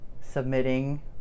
submitting